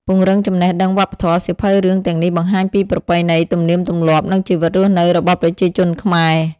ពង្រឹងចំណេះដឹងវប្បធម៌សៀវភៅរឿងទាំងនេះបង្ហាញពីប្រពៃណី ទំនៀមទម្លាប់ និងជីវិតរស់នៅរបស់ប្រជាជនខ្មែរ។